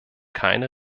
keine